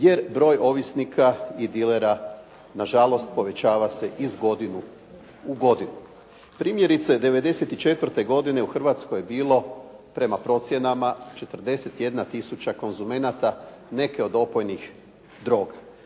Jer broj ovisnika i dilera nažalost povećava se iz godine u godinu. Primjerice '94. u Hrvatskoj je bilo prema procjenama 41 tisuća konzumenata neke od opojnih droga.